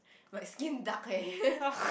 my skin dark eh